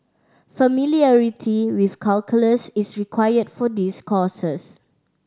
familiarity with calculus is required for this courses